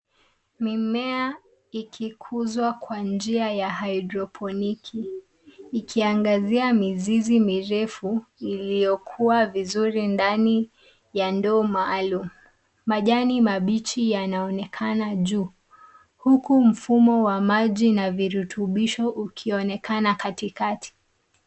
Mimea ikikuzwa kwa njia ya haidroponiki ikiangazia mizizi mirefu iliyokuwa vizuri ndani ya ndoo maalum. Majani mabichi yanaonekana juu huku mfumo wa maji na virutubisho ukionekana katikati.